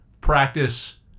practice